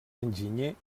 enginyer